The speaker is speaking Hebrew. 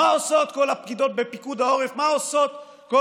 מה עושות כל